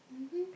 mmhmm